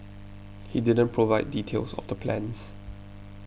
he didn't provide details of the plans